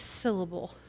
syllable